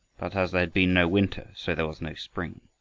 but as there had been no winter, so there was no spring.